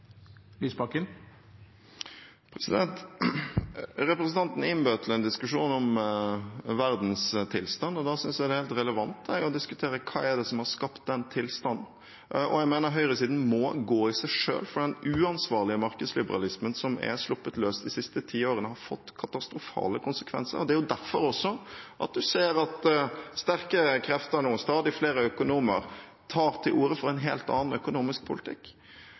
Representanten innbød til en diskusjon om verdens tilstand, og da synes jeg det er helt relevant å diskutere hva som har skapt den tilstanden. Jeg mener høyresiden må gå i seg selv, for den uansvarlige markedsliberalismen som er sluppet løs de siste tiårene, har fått katastrofale konsekvenser. Det er også derfor man ser at sterke krefter, stadig flere økonomer, nå tar til orde for en helt annen økonomisk politikk.